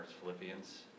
Philippians